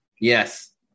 Yes